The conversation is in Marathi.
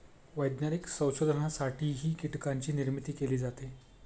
वैज्ञानिक संशोधनासाठीही कीटकांची निर्मिती केली जाते